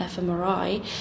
fMRI